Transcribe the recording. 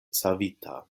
savita